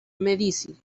medici